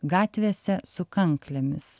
gatvėse su kanklėmis